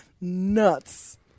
nuts